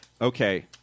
okay